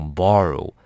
borrow